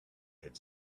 had